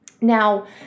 Now